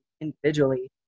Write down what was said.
individually